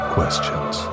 Questions